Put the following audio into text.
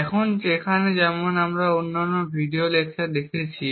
এখন যেমন আমরা অন্যান্য ভিডিও লেকচারে দেখেছি